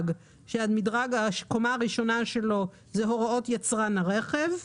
כאשר הקומה הראשונה של המדרג הן הוראות יצרן הרכב,